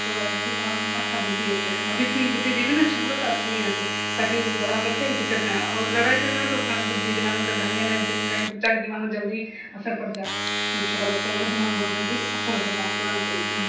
तऽ ओकरा दिमागमे अच्छा बुद्धि एतै अभिसे ही बुद्धि देबही ने अच्छा वला तऽ अच्छा ही औतै ताकि बड़ा होकरके दिक्कत नहि हो आओर लड़ाइ झगड़ाके बुद्धि तऽ ओकर दिमागमे डालिए नहि काहेकि बच्चाके दिमागमे जल्दी असर पड़ि जाए छै ओ छोटा बच्चा ओकर दिमागमे बहुत जल्दी असर होए जा हइ तुरन्ते एकदम